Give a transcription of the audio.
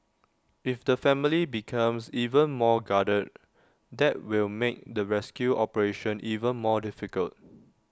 if the family becomes even more guarded that will make the rescue operation even more difficult